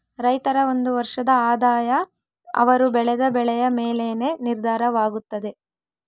ರೈತರ ಒಂದು ವರ್ಷದ ಆದಾಯ ಅವರು ಬೆಳೆದ ಬೆಳೆಯ ಮೇಲೆನೇ ನಿರ್ಧಾರವಾಗುತ್ತದೆ